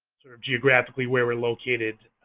sort of geographically where we're located.